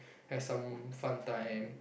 have some fun time